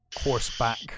horseback